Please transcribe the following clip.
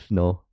no